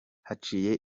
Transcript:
haciye